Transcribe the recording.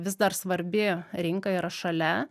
vis dar svarbi rinka yra šalia